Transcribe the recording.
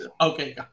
Okay